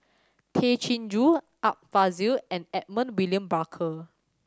Tay Chin Joo Art Fazil and Edmund William Barker